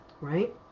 right